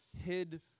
hid